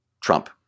Trump